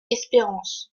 espérance